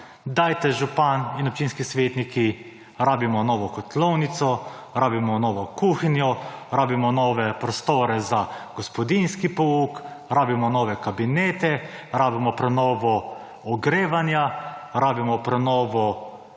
dajte župan in občinski svetniki rabimo novo kotlovnico, rabimo novo kuhinjo, nove prostore za gospodinjski pouk, rabimo nove kabinete, rabimo prenovo ogrevanja, prenovo